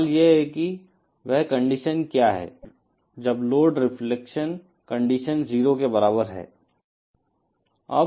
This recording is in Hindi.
सवाल यह है कि वह कंडीशन क्या है जब लोड रिफ्लेक्शन कंडीशन 0 के बराबर है